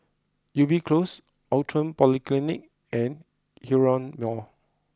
Ubi Close Outram Polyclinic and Hillion Mall